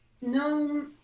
No